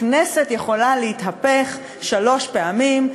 הכנסת יכולה להתהפך שלוש פעמים,